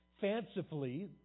fancifully